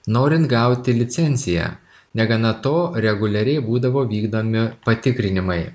norint gauti licenciją negana to reguliariai būdavo vykdomi patikrinimai